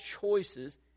choices